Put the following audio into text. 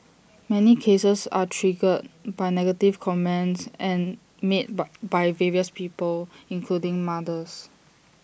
many cases are triggered by negative comments and made by by various people including mothers